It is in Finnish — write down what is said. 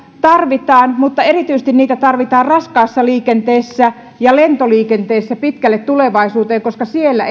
tarvitaan mutta erityisesti niitä tarvitaan raskaassa liikenteessä ja lentoliikenteessä pitkälle tulevaisuuteen koska siellä